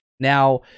Now